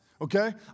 okay